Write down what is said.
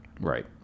right